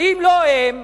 ואם לא הם,